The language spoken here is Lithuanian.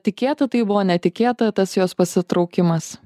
tikėta tai buvo netikėta tas jos pasitraukimas